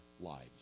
lives